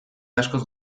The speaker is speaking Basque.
askoz